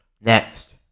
Next